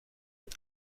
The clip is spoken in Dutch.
een